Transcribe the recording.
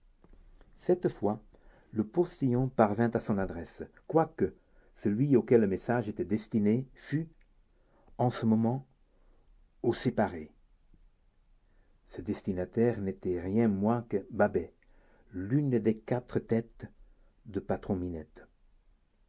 cette fois le postillon parvint à son adresse quoique celui auquel le message était destiné fût en ce moment au séparé ce destinataire n'était rien moins que babet l'une des quatre têtes de